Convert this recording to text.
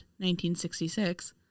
1966